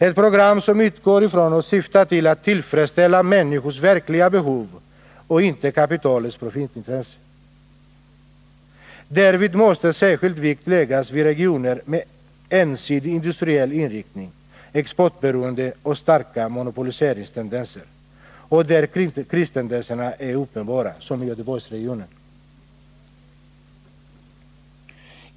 Ett program som utgår från och syftar till att tillfredsställa människors verkliga behov och inte kapitalets profitintresse. Därvid måste särskild vikt läggas vid regioner med ensidig industriell inriktning, exportberoende och starka monopoliseringstendenser och till regioner där kristendenserna är uppenbara, såsom i Göteborgsregionen.